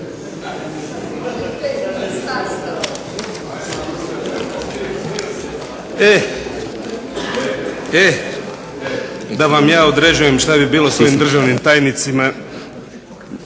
Eh da vam ja određujem što bi bilo s ovim državnim tajnicima,